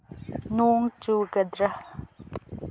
ꯅꯣꯡ ꯆꯨꯒꯗ꯭ꯔꯥ